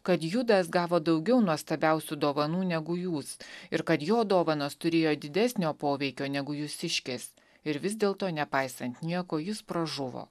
kad judas gavo daugiau nuostabiausių dovanų negu jūs ir kad jo dovanos turėjo didesnio poveikio negu jūsiškės ir vis dėlto nepaisant nieko jis pražuvo